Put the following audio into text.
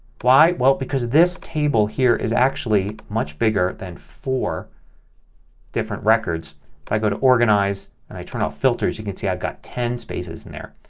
why? well because this table here is actually much bigger than four different records. if i go to organize and i turn on filters you can see i've got ten spaces in there.